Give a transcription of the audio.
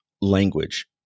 language